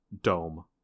Dome